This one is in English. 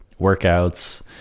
workouts